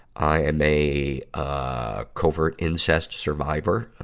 i am a, ah, covert incest survivor.